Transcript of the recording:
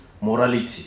morality